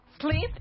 Sleep